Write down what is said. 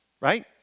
right